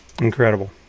Incredible